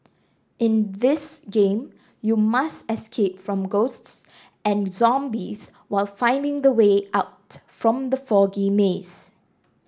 in this game you must escape from ghosts and zombies while finding the way out from the foggy maze